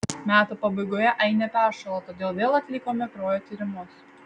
metų pabaigoje ainė peršalo todėl vėl atlikome kraujo tyrimus